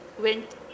went